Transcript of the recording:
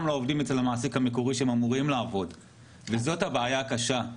לא עובדים אצל המעסיק המקורי שהם אמורים לעבוד אצלו וזו בעיה קשה.